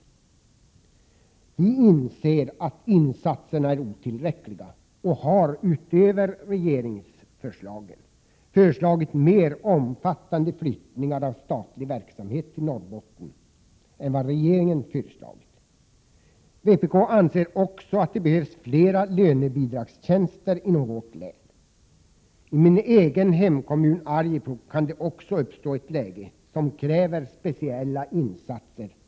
Vi anser att insatserna är otillräckliga och har föreslagit mer omfattande flyttningar av statlig verksamhet till Norrbotten än vad regeringen har föreslagit. Vpk anser också att det behövs fler lönebidragstjänster inom vårt län. I min egen hemkommun Arjeplog kan det också uppstå ett läge som kräver speciella insatser.